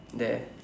there